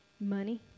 Money